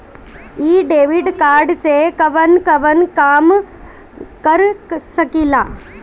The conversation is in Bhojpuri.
इ डेबिट कार्ड से कवन कवन काम कर सकिला?